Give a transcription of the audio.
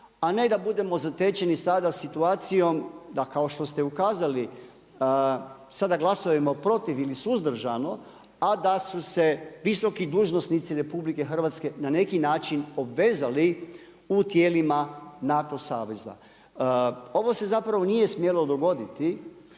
a ne da budemo zatečeni sada situacijom, da kao što ste ukazali, sada glasujemo protiv ili suzdržano, a da su se visoki dužnosnici RH na neki način obvezali u tijelima NATO saveza. Ovo se zapravo nije smjelo dogoditi